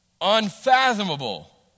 unfathomable